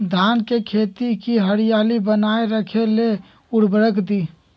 धान के खेती की हरियाली बनाय रख लेल उवर्रक दी?